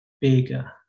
bigger